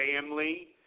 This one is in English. family